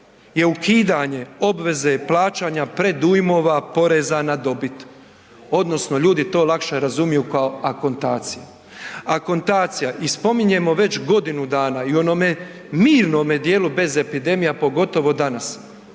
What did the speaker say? je ukidanje obveze plaćanja predujmova poreza na dobih odnosno ljudi to lakše razumiju kao akontacija, akontacija. I spominjemo već godinu dana i onome mirnome djelu bez epidemija pogotovo danas,